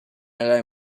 alone